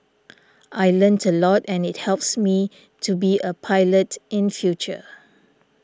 I learnt a lot and it helps me to be a pilot in future